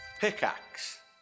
pickaxe